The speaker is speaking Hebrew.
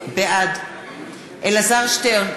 בעד אלעזר שטרן,